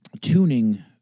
tuning